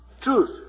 truth